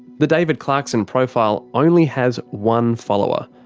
the david clarkson profile only has one follower.